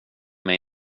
mig